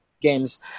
games